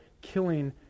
killing